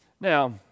Now